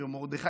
ומרדכי,